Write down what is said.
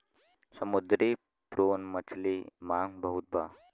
समुंदरी प्रोन मछली के मांग बहुत बा